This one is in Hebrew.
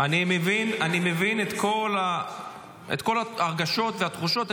אני מבין את כל הרגשות והתחושות,